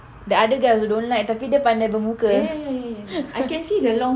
the other guy also don't like tapi dia pandai bermuka